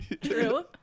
true